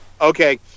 Okay